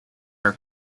are